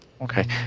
Okay